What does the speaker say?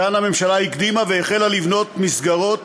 כאן הממשלה הקדימה והחלה לבנות מסגרות